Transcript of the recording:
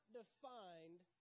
defined